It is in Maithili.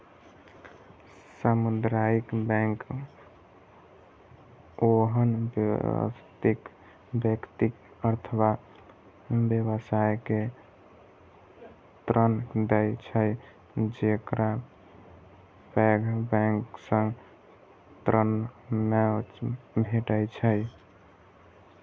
सामुदायिक बैंक ओहन व्यक्ति अथवा व्यवसाय के ऋण दै छै, जेकरा पैघ बैंक सं ऋण नै भेटै छै